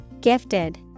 Gifted